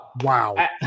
Wow